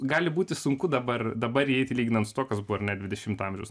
gali būti sunku dabar dabar įeiti lyginant su tuo kas buvo ar ne dvidešimto amžiaus